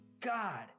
God